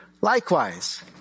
likewise